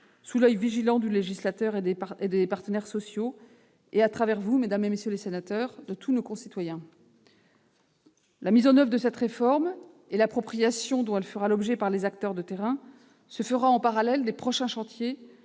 sous l'oeil vigilant du législateur et des partenaires sociaux, mais aussi, à travers vous, mesdames, messieurs les sénateurs, de tous nos concitoyens. La mise en oeuvre de cette réforme et l'appropriation dont elle fera l'objet par les acteurs de terrain se fera en parallèle avec les prochains chantiers